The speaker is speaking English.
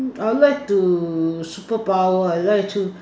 I like to superpower I like to